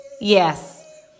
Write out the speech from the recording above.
yes